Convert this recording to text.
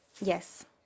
Yes